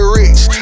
rich